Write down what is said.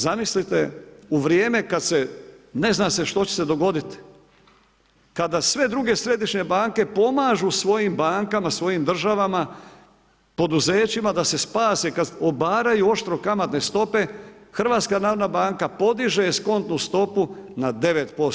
Zamislite u vrijeme kada se ne zna što će se dogoditi, kada sve druge središnje banke pomažu svojim, bankama, svojim državama, poduzećima da se spase obaraju oštro kamatne stope HNB podiže eskontnu stopu na 9%